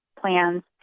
plans